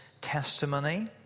testimony